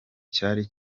cyari